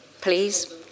please